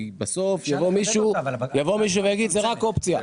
כי בסוף יבוא מישהו ויגיד זה רק אופציה,